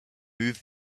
move